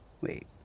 wait